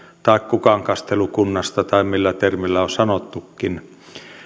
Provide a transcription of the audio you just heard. tai kukankastelukunnasta tai millä termillä on sanottukin